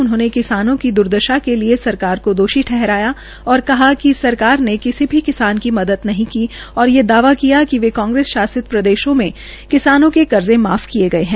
उन्होंने किसानों की दुर्दशा के लिये सरकार को दोषी ठहराया और कहा कि सरकार ने किसी भी किसान की मदद नहीं की और ये दावा किया वे कांग्रेस शासित प्रदेशों में किसानों के कर्जे माफ किए गये है